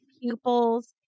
pupils